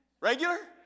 Regular